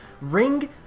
Ring